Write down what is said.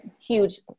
huge